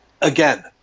again